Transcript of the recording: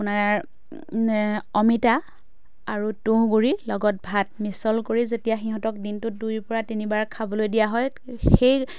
আপোনাৰ এ অমিতা আৰু তুঁহ গুড়িৰ লগত ভাত মিছল কৰি যেতিয়া সিহঁতক দিনটোত দুইৰ পৰা তিনিবাৰ খাবলৈ দিয়া হয় সেই